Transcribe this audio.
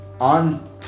on